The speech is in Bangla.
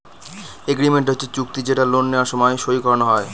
এগ্রিমেন্ট হচ্ছে চুক্তি যেটা লোন নেওয়ার সময় সই করানো হয়